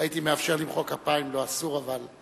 הייתי מאפשר למחוא כפיים, אבל אסור.